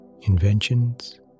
inventions